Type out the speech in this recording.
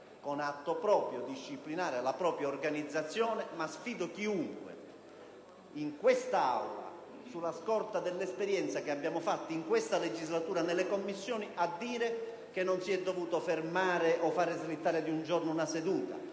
un atto proprio, disciplinare la sua organizzazione, ma sfido chiunque in quest'Aula, sulla scorta dell'esperienza fatta in questa legislatura nelle Commissioni, a dire che non si è dovuto interrompere o far slittare di un giorno una seduta,